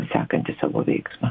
sekantį savo veiksmą